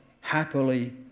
happily